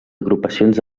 agrupacions